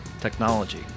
technology